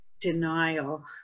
denial